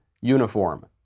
uniform